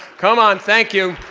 come on, thank you.